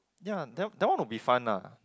ya that that one would be fun lah